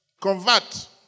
convert